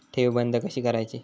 ठेव बंद कशी करायची?